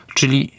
Czyli